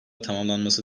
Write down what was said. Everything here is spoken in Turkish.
tamamlanması